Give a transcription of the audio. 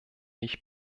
ich